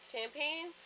Champagne